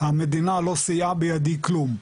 המדינה לא סייעה בידי כלום,